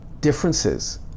differences